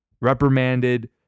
reprimanded